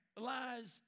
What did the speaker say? lies